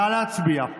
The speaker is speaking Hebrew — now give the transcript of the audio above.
נא להצביע.